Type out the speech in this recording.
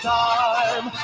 time